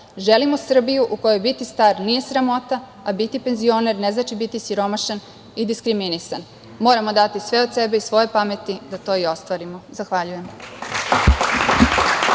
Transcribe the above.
„Želimo Srbiju u kojoj biti star nije sramota, a biti penzioner ne znači biti siromašan i diskriminisan. Moramo dati sve od sebe i svoje pameti da to i ostvarimo.“ Zahvaljujem.